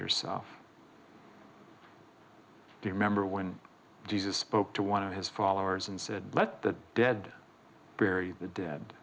yourself do you remember when jesus spoke to one of his followers and said let the dead bury the dead